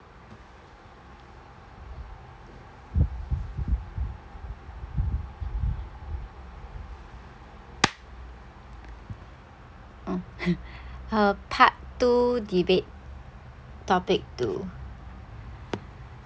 oh uh part two debate topic two